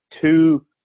two